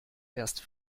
erst